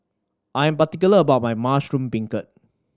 I am particular about my mushroom beancurd